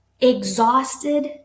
exhausted